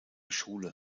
schule